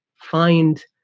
find